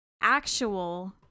actual